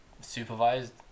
supervised